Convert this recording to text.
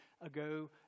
ago